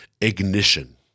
Ignition